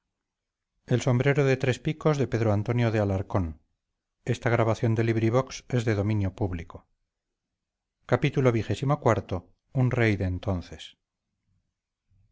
su sombrero de tres picos y por lo vistoso de